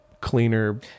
cleaner